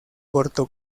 corto